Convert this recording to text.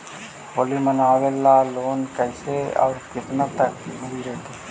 होली मनाबे ल लोन कैसे औ केतना तक के मिल जैतै?